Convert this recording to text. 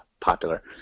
popular